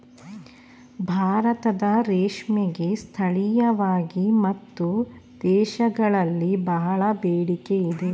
ಭಾರತದ ರೇಷ್ಮೆಗೆ ಸ್ಥಳೀಯವಾಗಿ ಮತ್ತು ದೇಶಗಳಲ್ಲಿ ಬಹಳ ಬೇಡಿಕೆ ಇದೆ